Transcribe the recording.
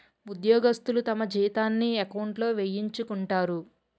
ఉద్యోగస్తులు తమ జీతాన్ని ఎకౌంట్లో వేయించుకుంటారు